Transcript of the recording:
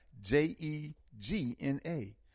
J-E-G-N-A